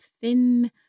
thin